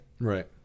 Right